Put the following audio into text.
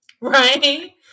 Right